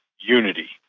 unity